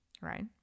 right